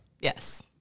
Yes